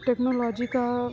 technology का